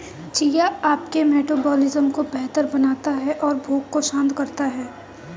chia आपके metabolism को बेहतर बनाता है और भूख को शांत करता है